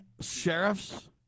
sheriffs